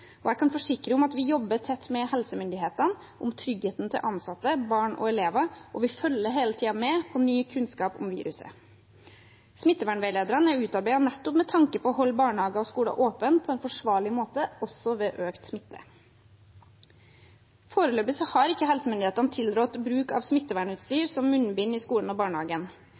og jeg kan forsikre om at vi jobber tett med helsemyndighetene om tryggheten til ansatte, barn og elever. Vi følger hele tiden med på ny kunnskap om viruset. Smittevernveilederne er utarbeidet nettopp med tanke på å holde barnehager og skoler åpne på en forsvarlig måte også ved økt smitte. Foreløpig har ikke helsemyndighetene tilrådd bruk av smittevernutstyr som munnbind i skolen og barnehagen,